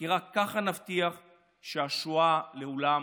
כי רק ככה נבטיח שהשואה לעולם